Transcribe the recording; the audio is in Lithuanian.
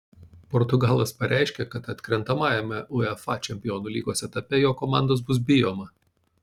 portugalas pareiškė kad atkrentamajame uefa čempionų lygos etape jo komandos bus bijoma